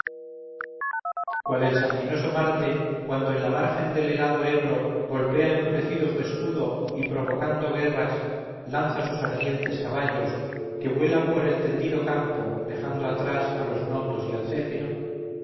cual el sanguinoso marte cuando en la margen del helado hebro golpea enfurecido su escudo y provocando guerras lanza sus ardientes caballos que vuelan por el tendido campo dejando atrás a los notos y al céfiro